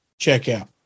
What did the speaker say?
checkout